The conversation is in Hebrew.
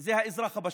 זה האזרח הפשוט.